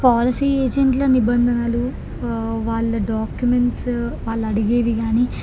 policy ఎజెంట్ల నిబంధనలు వాళ్ళ డాక్యుమెంట్స్ వాళ్ళు అడిగేవి కానీ